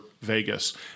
Vegas